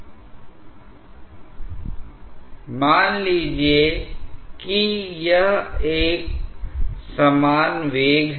श्यानता प्रभाव के कारण यह खंड 1 पर कुल ऊर्जा को प्रदर्शित करता है और यह कुल ऊर्जा को दर्शाता हैI जब हम कहते हैं ऊर्जा इसका मतलब यह है कि खंड 2 में ऊर्जा केवल यांत्रिक रूप मैं है